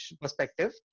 perspective